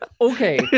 okay